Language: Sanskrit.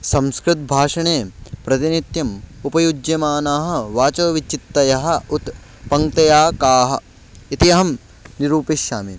संस्कृतभाषणे प्रतिनित्यम् उपयुज्यमानाः वाचोविचित्तयः उत् पङ्क्तयः काः इति अहं निरूपयिष्यामि